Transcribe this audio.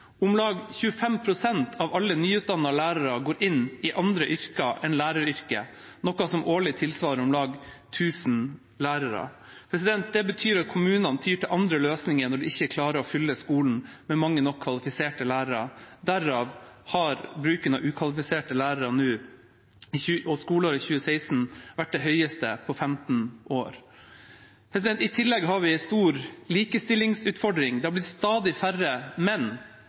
Om lag 25 pst. av alle nyutdannede lærere går inn i andre yrker enn læreryrket, noe som årlig tilsvarer om lag 1 000 lærere. Det betyr at kommunene tyr til andre løsninger når de ikke klarer å fylle skolen med mange nok kvalifiserte lærere. Derav har bruken av ukvalifiserte lærere nå og i skoleåret 2016/2017 vært det høyeste på 15 år. I tillegg har vi en stor likestillingsutfordring. Det har blitt stadig færre menn